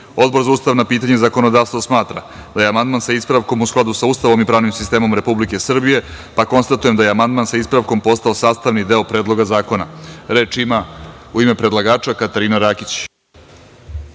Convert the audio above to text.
za ustavna pitanja i zakonodavstvo smatra da je amandman sa ispravkom u skladu sa Ustavom i pravnim sistemom Republike Srbije, pa konstatujem da je amandman sa ispravkom postao sastavni deo Predloga zakona. Reč ima, u ime predlagača, Katarina Rakić.